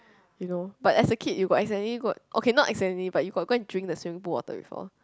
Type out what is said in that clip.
you know but as a kid you got accidentally go okay not accidentally but you got go and drink the swimming pool water before